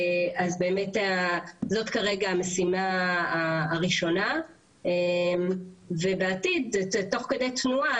זאת כרגע המשימה הראשונה ובעתיד תוך כדי תנועה,